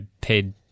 paid